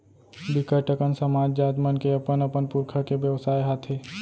बिकट अकन समाज, जात मन के अपन अपन पुरखा के बेवसाय हाथे